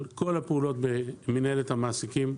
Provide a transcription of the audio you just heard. על כל הפעולות במינהלת המעסיקים.